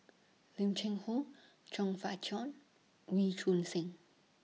Lim Cheng Hoe Chong Fah Cheong Wee Choon Seng